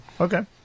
Okay